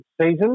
season